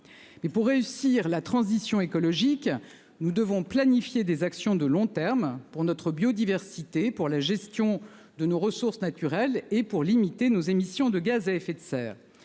pour réussir la transition écologique. Nous devons planifier des actions de long terme pour notre biodiversité pour la gestion de nos ressources naturelles et pour limiter nos émissions de gaz à effet de serre,